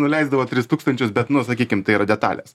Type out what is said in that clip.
nuleisdavo tris tūkstančius bet nu sakykim tai yra detalės